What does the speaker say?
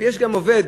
יש גם עובד,